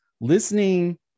Listening